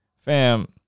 fam